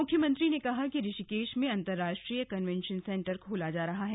मुख्यमंत्री ने कहा कि ऋषिकेश में अन्तरराष्ट्रीय कन्वेशन सेंटर खोला जा रहा है